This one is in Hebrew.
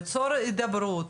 ליצור הידברות,